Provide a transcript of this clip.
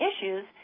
issues